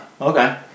okay